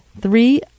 three